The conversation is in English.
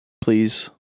Please